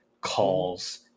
calls